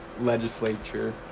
legislature